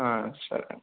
సరే